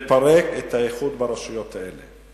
לפרק את האיחוד ברשויות האלה.